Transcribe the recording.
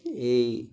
ଏଇ